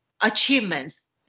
achievements